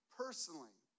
personally